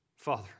Father